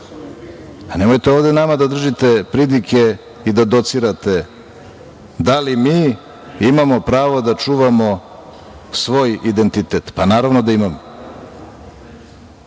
Nemojte ovde nama da držite pridike i da docirate, da li mi imamo pravo da čuvamo svoj identitet. Pa, naravno da